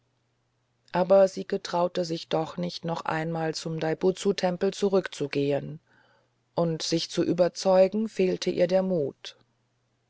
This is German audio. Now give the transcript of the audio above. aber sie getraute sich doch nicht noch einmal zum daibutsutempel zurückzugehen und sich zu überzeugen fehlte ihr der mut